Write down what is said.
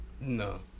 No